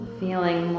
feeling